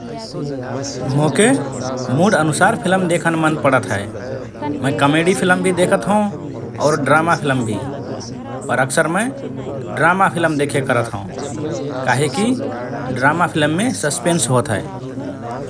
मोके मुड अनुसार फिलम देखन मन पडत हए । मए कमेडी फिलम भि देखत हओं और ड्रामा फिलम भि । पर अक्सर मए ड्रामा फिलम देखे करत हओं ।